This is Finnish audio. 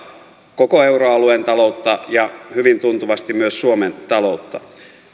koko euroalueen taloutta ja hyvin tuntuvasti myös suomen taloutta